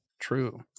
True